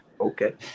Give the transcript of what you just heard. Okay